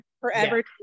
forever